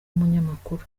umunyamakuru